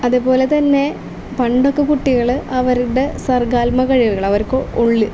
അതേപോലെ തന്നെ പണ്ടൊക്കെ കുട്ടികൾ അവരുടെ സർഗാത്മക കഴിവുകൾ അവർക്ക് ഉള്ളിൽ